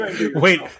Wait